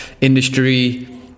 industry